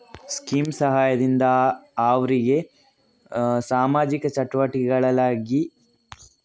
scheme ಸಹಾಯದಿಂದ ಅವ್ರಿಗೆ ಸಾಮಾಜಿಕ ಚಟುವಟಿಕೆಗಳಲ್ಲಿ ತೊಡಗಿಸಿಕೊಳ್ಳುವುದ್ರ ಜೊತೆ ಮೂಲ ಸೌಕರ್ಯ ಹೆಚ್ಚು ಮಾಡ್ಲಿಕ್ಕಾಗ್ತದೆ